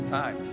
time